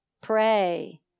Pray